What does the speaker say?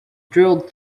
drilled